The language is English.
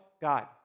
God